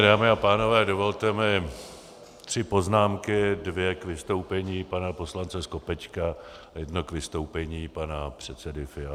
Dámy a pánové, dovolte mi tři poznámky, dvě k vystoupení pana poslance Skopečka a jedno k vystoupení pana předsedy Fialy.